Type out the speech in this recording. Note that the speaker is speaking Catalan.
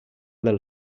del